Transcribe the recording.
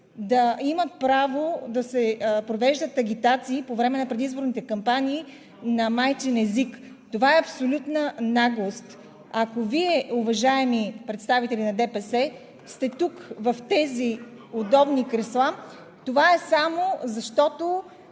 да има право да се провеждат агитации по време на предизборните кампании на майчин език. Това е абсолютна наглост! Ако Вие, уважаеми представители на ДПС, сте тук в тези удобни кресла, това е само защото